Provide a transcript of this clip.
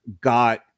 got